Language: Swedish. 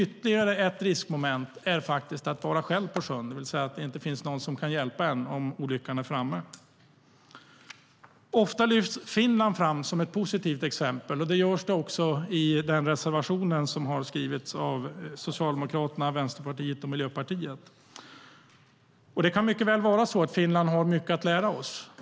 Ytterligare ett riskmoment är att vara ensam på sjön, det vill säga att det inte finns någon som kan hjälpa en om olyckan är framme. Ofta lyfts Finland fram som ett positivt exempel. Det görs också i den reservation som har skrivits av Socialdemokraterna, Vänsterpartiet och Miljöpartiet. Det kan mycket väl vara så att Finland har mycket att lära oss.